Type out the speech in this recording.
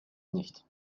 nicht